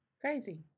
Crazy